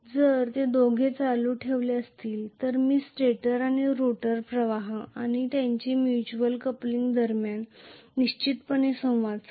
जर ते दोघे चालू ठेवत असतील तर मी स्टेटर आणि रोटर प्रवाह आणि त्यांचे म्युच्युअल कपलिंग दरम्यान निश्चितपणे संवाद साधेल